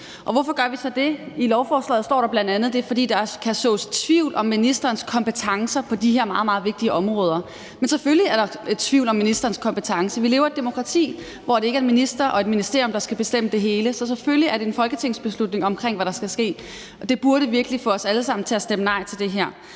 hvorfor gør vi så det? I lovforslaget står der bl.a., at det er, fordi der kan sås tvivl om ministerens kompetencer på de her meget, meget vigtige områder, men selvfølgelig er der tvivl om ministerens kompetence. Vi lever i et demokrati, hvor det ikke er en minister og et ministerium, der skal bestemme det hele. Så selvfølgelig er det en folketingsbeslutning omkring, hvad der skal ske, og det burde virkelig få os alle sammen til at stemme nej til det her.